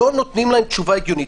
לא נותנים להם תשובה הגיונית.